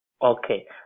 Okay